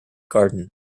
garden